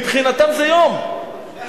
מבחינתם זה יום,